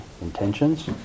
intentions